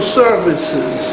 services